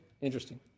interesting